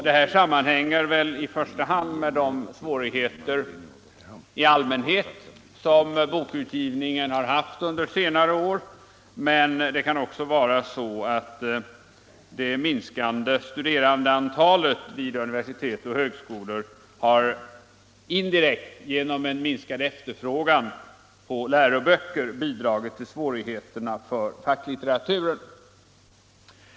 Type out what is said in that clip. Detta sammanhänger väl i första hand med de svårigheter i allmänhet som bokutgivningen haft, men det kan också bero på det minskande studerandeantalet vid universitet och högskolor, som indirekt, genom minskad efterfrågan på läroböcker, bidragit till svårigheterna för facklitteraturen.